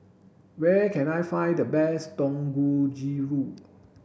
where can I find the best Dangojiru